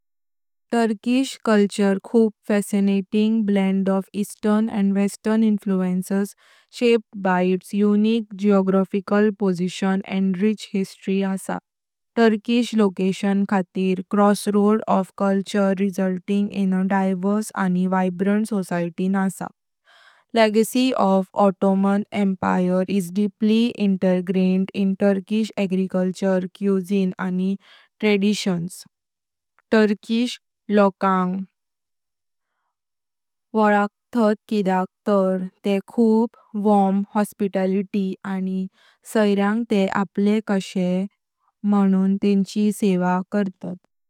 टोर्कीचो सुसंस्कार खूप फॅसिनेटिंग ब्लेन्ड ऑफ ईस्टर्न अनी western influences, shaped by its unique geographical position अनी रिच हिस्ट्री आसा। टोर्कीचें लोकेशन खातीर crossroads of cultures, resulting in एक डाइवर्स अनी वायब्रंट सोसायटी आसा। ओट्टोमन एम्पायरचो legacy is deeply ingrained in Turkish architecture, cuisine, अनी ट्रेडिशन्स। टोर्कीश लोकांक वोकखतत किद्याक तार ते खूप वॉर्म होस्पिटॅलिटी, अनी सैर्यांग ते आप्ले कशे म्हणुन तेंची सेवा करतात।